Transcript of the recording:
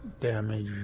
damage